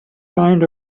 kind